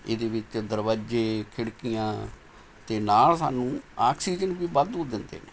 ਇਹਦੇ ਵਿੱਚ ਦਰਵਾਜ਼ੇ ਖਿੜਕੀਆਂ ਅਤੇ ਨਾਲ਼ ਸਾਨੂੰ ਆਕਸੀਜਨ ਵੀ ਵਾਧੂ ਦਿੰਦੇ ਨੇ